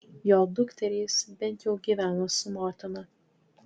jo dukterys bent jau gyveno su motina